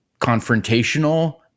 confrontational